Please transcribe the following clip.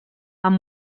amb